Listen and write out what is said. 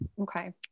Okay